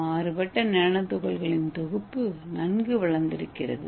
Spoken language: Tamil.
மாறுபட்ட நானோ துகள்களின் தொகுப்பு நன்கு வளர்ந்திருக்கிறது